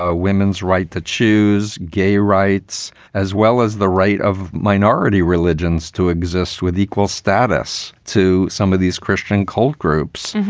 ah women's right to choose gay rights as well as the right of minority religions to exist with equal status to some of these christian cult groups.